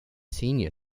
senior